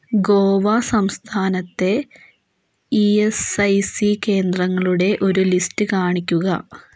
ഗോവ സംസ്ഥാനത്തെ E S I C കേന്ദ്രങ്ങളുടെ ഒരു ലിസ്റ്റ് കാണിക്കുക